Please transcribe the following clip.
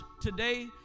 today